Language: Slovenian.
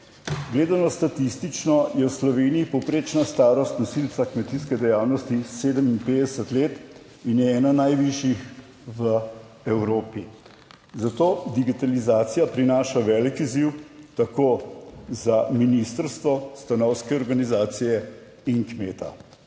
Gledano statistično, je v Sloveniji povprečna starost nosilca kmetijske dejavnosti 57 let in je ena najvišjih v Evropi, zato digitalizacija prinaša velik izziv tako za ministrstvo, stanovske organizacije in kmeta.